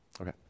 okay